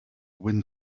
wind